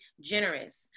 generous